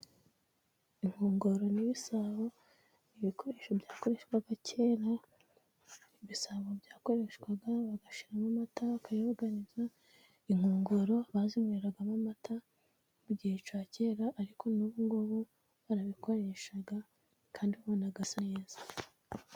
Inkongoro n'ibisabo ni ibikoresho byakoreshwaga kera, ibisabo byakoreshwaga bagashyiramo amata, bakayabuganyiza, inkongoro bazinyweragamo amata mu gihe cya kera, ariko n'ubu ngubu barabikoresha, kandi ubona asa neza.